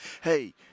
hey